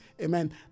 amen